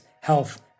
health